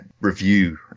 review